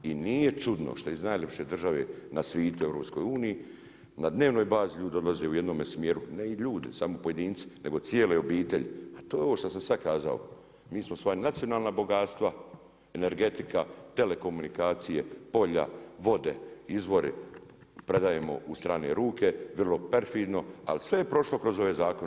I nije čudno što iz naj lipše države na svitu u EU na dnevnoj bazi ljudi odlaze u jednome smjeru, ne samo pojedinci nego cijele obitelji, a to je ovo što sam sada kazao, mi smo svoja nacionalna bogatstva, energetika, telekomunikacije, polja, vode, izvori predajemo u strane ruke vrlo perfidno, ali sve je prošlo kroz ove zakone